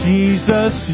Jesus